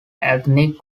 ethnic